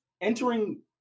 entering